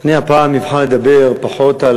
אני הפעם אבחר לדבר פחות על